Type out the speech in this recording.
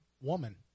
woman